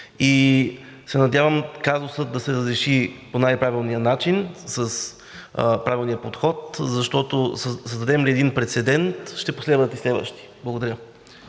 си. Надявам се казусът да се разреши по най-правилния начин, с правилния подход, защото създадем ли един прецедент, ще последват и следващи. Благодаря.